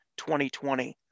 2020